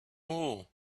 wool